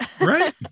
Right